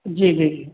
जी जी जी